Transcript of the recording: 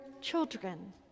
children